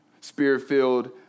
spirit-filled